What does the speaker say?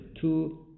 two